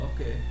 Okay